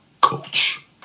coach